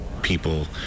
people